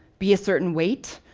be a certain weight,